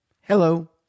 Hello